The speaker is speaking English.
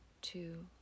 two